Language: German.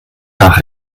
nach